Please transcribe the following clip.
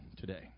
today